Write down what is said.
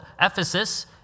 Ephesus